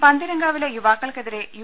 പന്തീരാങ്കാവിലെ യുവാ ക്കൾക്കെതിരെ യു